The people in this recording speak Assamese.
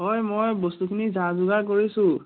হয় মই বস্তুখিনি যা যোগাৰ কৰিছোঁ